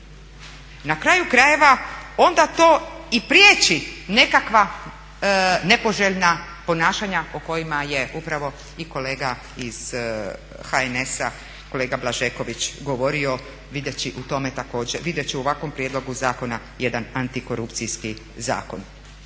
Na kraju krajeva onda to i priječi nekakva nepoželjna ponašanja o kojima je upravo i kolega iz HNS-a, kolega Blažeković govorio vidjevši u tome također, videći u ovakvom prijedlogu zakona jedan antikorupcijski zakon.